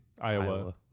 Iowa